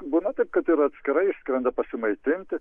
būna taip kaip ir atskirai išskrenda pasimaitinti